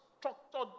structured